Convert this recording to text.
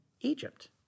Egypt